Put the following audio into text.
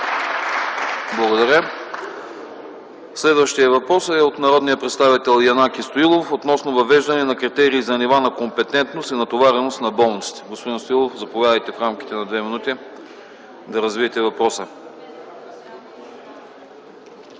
Благодаря. Следващият въпрос е от народния представител Янаки Стоилов относно въвеждане на критерии за нива на компетентност и натовареност на болниците. Господин Стоилов, заповядайте в рамките на 2 мин. да развиете въпроса.